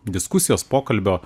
diskusijos pokalbio